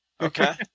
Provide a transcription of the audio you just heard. Okay